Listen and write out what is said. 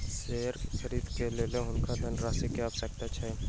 share के खरीद के लेल हुनका धनराशि के आवश्यकता छल